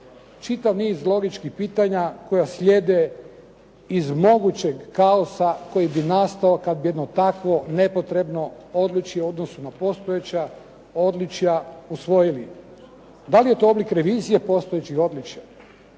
Čitav niz logičkih pitanja koja slijede iz mogućeg kaosa koji bi nastao kad bi jedno takvo nepotrebno odličje u odnosu na postojeća odličja usvojili. Da li je to oblik revizije postojećih odličja